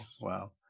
Wow